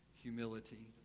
humility